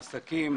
לעסקים,